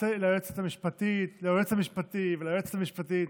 ליועץ המשפטי וליועצת המשפטית,